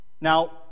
Now